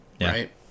right